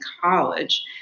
college